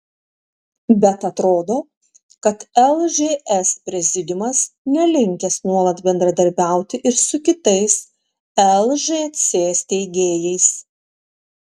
bet atrodo kad lžs prezidiumas nelinkęs nuolat bendradarbiauti ir su kitais lžc steigėjais